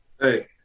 Hey